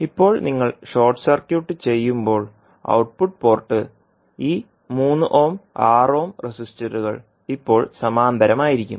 ഇപ്പോൾ നിങ്ങൾ short circuit ചെയ്യുമ്പോൾ ഔട്ട്പുട്ട് പോർട്ട് ഈ 3 ഓം 6 ഓം റെസിസ്റ്റൻസുകൾ ഇപ്പോൾ സമാന്തരമായിരിക്കും